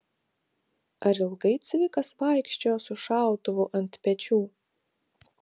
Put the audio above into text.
ar ilgai cvikas vaikščiojo su šautuvu ant pečių